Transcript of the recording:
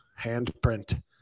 handprint